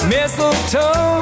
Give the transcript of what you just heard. Mistletoe